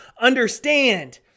understand